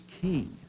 key